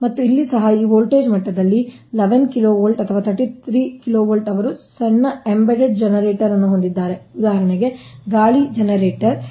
ಮತ್ತು ಇಲ್ಲಿ ಸಹ ಈ ವೋಲ್ಟೇಜ್ ಮಟ್ಟದಲ್ಲಿ 11 kV ಅಥವಾ 33 kV ಅವರು ಸಣ್ಣ ಎಂಬೆಡೆಡ್ ಜನರೇಟರ್ ಅನ್ನು ಹೊಂದಿದ್ದಾರೆ ಉದಾಹರಣೆಗೆ ಗಾಳಿ ಜನರೇಟರ್ಗಳು